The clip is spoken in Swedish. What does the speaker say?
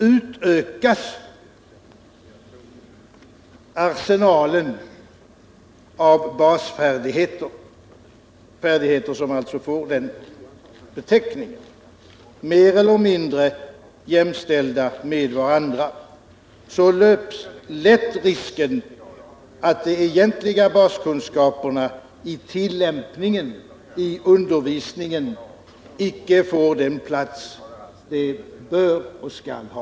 Utökas arsenalen av basfärdigheter, färdigheter som alltså får den beteckningen, mer eller mindre jämställda med varandra, uppstår det lätt risk för att de egentliga baskunskaperna i tillämpningen, i undervisningen, icke får den plats som de bör och skall ha.